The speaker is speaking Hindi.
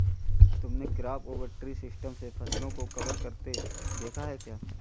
तुमने क्रॉप ओवर ट्री सिस्टम से फसलों को कवर करते देखा है क्या?